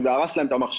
שזה הרס להם את המחשב.